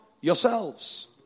yourselves